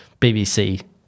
BBC